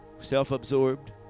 self-absorbed